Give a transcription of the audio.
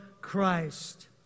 Christ